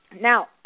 Now